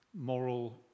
moral